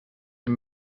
dem